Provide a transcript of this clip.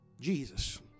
Jesus